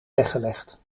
weggelegd